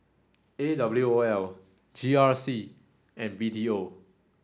A W O L G R C and B T O